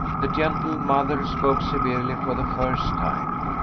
the gentle mother spoke severely for the first time.